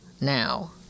now